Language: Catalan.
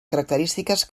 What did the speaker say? característiques